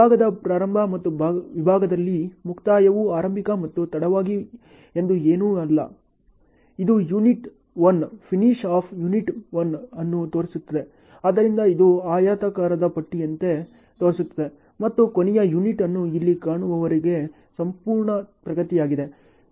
ವಿಭಾಗದ ಪ್ರಾರಂಭ ಮತ್ತು ವಿಭಾಗದಲ್ಲಿ ಮುಕ್ತಾಯವು ಆರಂಭಿಕ ಮತ್ತು ತಡವಾಗಿ ಎಂದು ಏನೂ ಇಲ್ಲ ಇದು ಯೂನಿಟ್ ಒನ್ ಶುರುವಾದಾಗ ಯೂನಿಟ್ ಒನ್ ಮುಗಿಯುತ್ತದೆ ಆದ್ದರಿಂದ ಇದು ಆಯತಾಕಾರದ ಪಟ್ಟಿಯಂತೆ ತೋರಿಸುತ್ತದೆ ಮತ್ತು ಕೊನೆಯ ಯುನಿಟ್ ಅನ್ನು ಇಲ್ಲಿ ಕಾಣುವವರೆಗೆ ಸಂಪೂರ್ಣ ಪ್ರಗತಿಯಾಗಿದೆ